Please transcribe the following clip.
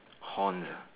horns